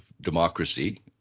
democracy